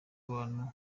abantu